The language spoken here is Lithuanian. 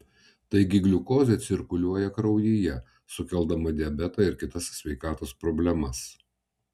taigi gliukozė cirkuliuoja kraujyje sukeldama diabetą ir kitas sveikatos problemas